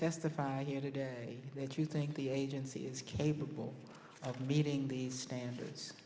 testify here today that you think the agency is capable of meeting the standards